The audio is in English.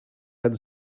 had